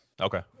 Okay